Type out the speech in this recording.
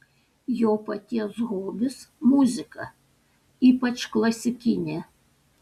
jo paties hobis muzika ypač klasikinė